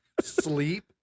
sleep